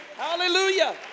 Hallelujah